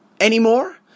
anymore